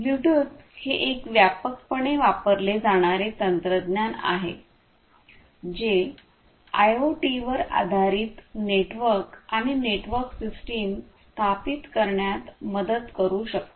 Bluetooth हे एक व्यापकपणे वापरले जाणारे तंत्रज्ञान आहे जे आयओटी वर आधारित नेटवर्क आणि नेटवर्क सिस्टम स्थापित करण्यात मदत करू शकते